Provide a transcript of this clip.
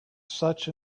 such